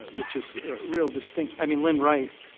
which is real distinct i mean lynn wright,